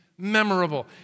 Memorable